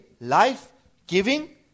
life-giving